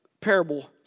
parable